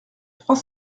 trois